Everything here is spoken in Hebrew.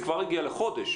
זה כבר הגיע לחודש.